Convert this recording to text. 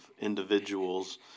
individuals